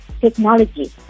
technology